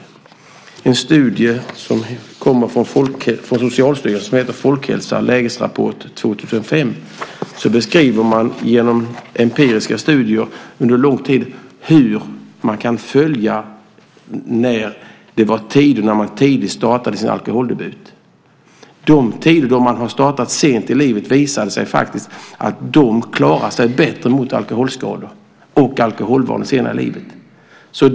I en studie från Socialstyrelsen, Folkhälsa - lägesrapport 2005 , beskrivs genom empiriska studier under en lång tid hur man kan följa när det var tider med tidig alkoholdebut. Under de tider då man startat sent i livet klarade man sig, har det visat sig, bättre när det gäller alkoholskador och alkoholvanor senare i livet.